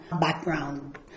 background